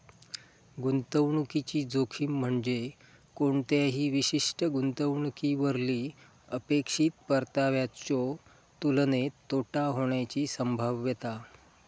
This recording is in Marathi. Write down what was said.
गुंतवणुकीची जोखीम म्हणजे कोणत्याही विशिष्ट गुंतवणुकीवरली अपेक्षित परताव्याच्यो तुलनेत तोटा होण्याची संभाव्यता